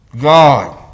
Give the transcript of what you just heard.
God